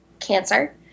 cancer